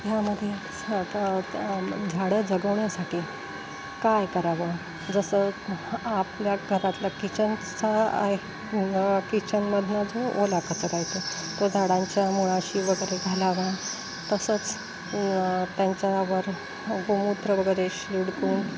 ह्यामध्ये झाडं जगवण्यासाठी काय करावं जसं आपल्या घरातल्या किचनचा आहे किचनमधनं जो ओला कचरा आहे तो तो झाडांच्या मुळाशी वगैरे घालावा तसंच त्यांच्यावर गोमूत्र वगैरे शिडका